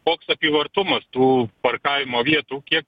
koks apyvartumas tų parkavimo vietų kiek